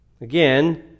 Again